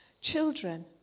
Children